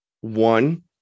One